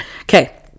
Okay